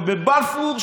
ובבלפור,